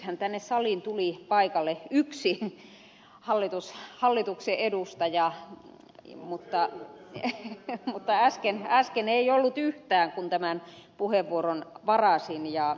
nythän tänne saliin tuli paikalle yksi hallituksen edustaja mutta äsken ei ollut yhtään kun tämän puheenvuoron varasin